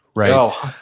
right? oh,